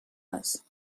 was